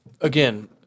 again